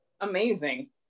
amazing